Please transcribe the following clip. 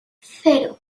cero